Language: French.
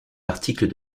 articles